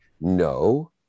no